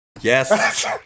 Yes